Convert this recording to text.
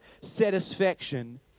satisfaction